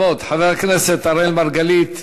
בכבוד, חבר הכנסת אראל מרגלית.